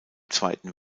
zweiten